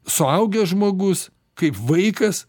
suaugęs žmogus kaip vaikas